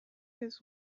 his